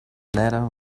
letter